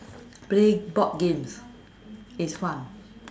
play board games is fun